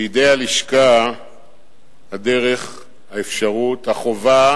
בידי הלשכה, הדרך, האפשרות, החובה